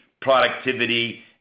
productivity